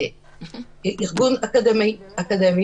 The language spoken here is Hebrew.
קרן,